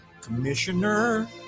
Commissioner